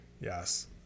yes